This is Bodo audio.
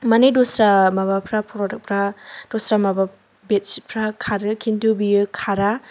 माने दस्रा माबाफ्रा प्रडाक्टफ्रा दस्रा माबा बेडशितफ्रा खारो खिन्तु बियो खारा